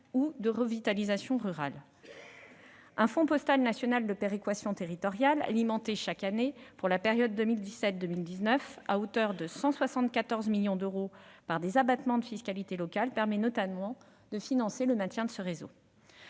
ou de revitalisation rurale. Un Fonds postal national de péréquation territoriale, alimenté chaque année, pour la période 2017-2019, à hauteur de 174 millions d'euros par des abattements de fiscalité locale, permet notamment de financer le maintien de ce réseau.